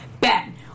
Ben